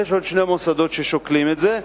יש עוד שני מוסדות ששוקלים את זה,